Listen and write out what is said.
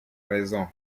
raison